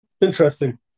Interesting